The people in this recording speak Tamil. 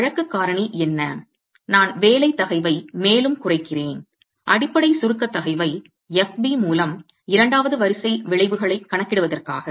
வழக்கு காரணி என்ன நான் வேலை தகைவை மேலும் குறைக்கிறேன் அடிப்படை சுருக்க தகைவை fb மூலம் இரண்டாவது வரிசை விளைவுகளைக் கணக்கிடுவதற்காக